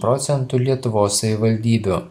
procentų lietuvos savivaldybių